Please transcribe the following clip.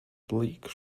bleak